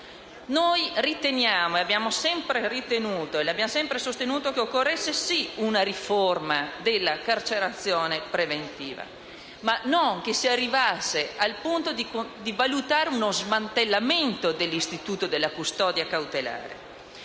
Noi riteniamo, come abbiamo sempre ritenuto e sostenuto, che occorra sì una riforma della carcerazione preventiva, ma non che si arrivi al punto di valutare uno smantellamento dell'istituto della custodia cautelare.